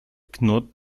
knurrt